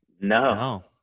no